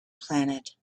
planet